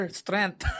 strength